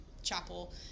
chapel